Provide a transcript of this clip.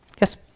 Yes